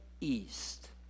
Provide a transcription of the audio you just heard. east